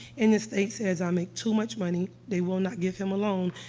and the state says i make too much money they will not give him a loan.